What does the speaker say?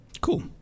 Cool